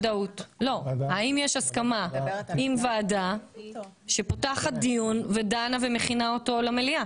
האם יש הסכמה עם ועדה שפותחת דיון ודנה ומכינה אותו למליאה?